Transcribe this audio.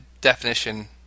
definition